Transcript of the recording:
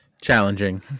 challenging